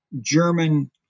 German